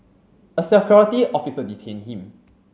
a security officer detained him